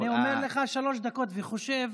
כן, אבל אני אומר לך שלוש דקות וחושב